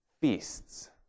feasts